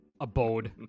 abode